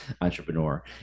entrepreneur